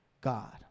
God